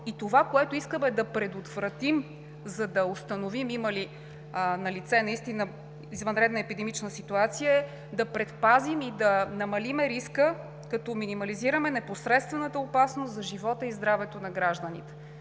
и това, което искаме да предотвратим, за да установим има ли налице наистина извънредна епидемична ситуация, е да предпазим и намалим риска, като минимализираме непосредствената опасност за живота и здравето на гражданите.